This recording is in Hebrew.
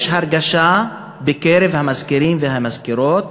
יש הרגשה בקרב המזכירים והמזכירות,